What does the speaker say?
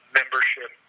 membership